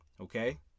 Okay